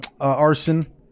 arson